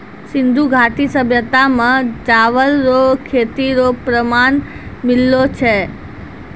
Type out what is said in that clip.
सिन्धु घाटी सभ्यता मे चावल रो खेती रो प्रमाण मिललो छै